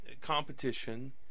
competition